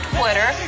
Twitter